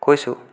কৈছোঁ